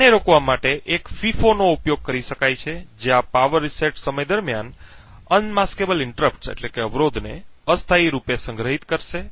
આને રોકવા માટે એક ફીફો નો ઉપયોગ કરી શકાય છે જે આ પાવર રીસેટ સમય દરમ્યાન અનમાસ્કેબલ વિક્ષેપો ને અસ્થાયીરૂપે સંગ્રહિત કરશે